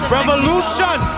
Revolution